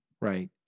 Right